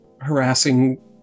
harassing